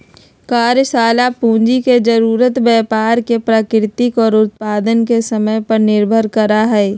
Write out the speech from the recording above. कार्यशाला पूंजी के जरूरत व्यापार के प्रकृति और उत्पादन के समय पर निर्भर करा हई